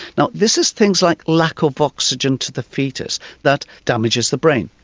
now this is things like lack of oxygen to the foetus that damages the brain,